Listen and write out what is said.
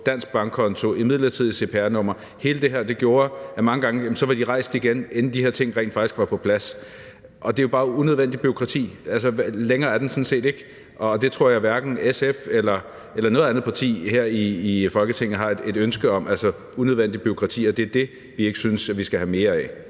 dansk bankkonto, et midlertidigt cpr-nummer og hele det her gjorde, at mange gange var de rejst igen, inden de her ting rent faktisk var på plads. Og det er jo bare unødvendigt bureaukrati. Længere er den sådan set ikke. Og det tror jeg hverken SF eller noget andet parti her i Folketinget har et ønske om, altså om unødvendigt bureaukrati, og det er det, vi ikke synes vi skal have mere af.